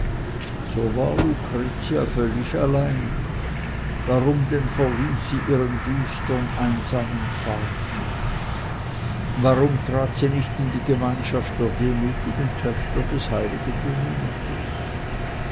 so war lucretia völlig allein warum denn verließ sie ihren düstern einsamen pfad nicht warum trat sie nicht in die gemeinschaft der demütigen töchter des heiligen dominikus